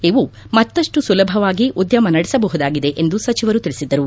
ಇವು ಮತ್ತಷ್ಟು ಸುಲಭವಾಗಿ ಉದ್ಭಮ ನಡೆಸಬಹುದಾಗಿದೆ ಎಂದು ಸಚಿವರು ತಿಳಿಸಿದರು